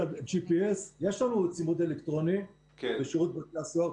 יש לנו צימוד אלקטרוני בשירות בתי הסוהר,